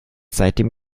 seitdem